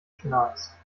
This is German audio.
schnarchst